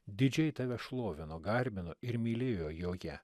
didžiai tave šlovino garbino ir mylėjo joje